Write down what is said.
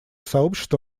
сообщество